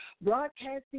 broadcasting